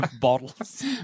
bottles